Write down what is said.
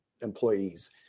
employees